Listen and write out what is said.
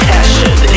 Passion